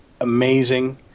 amazing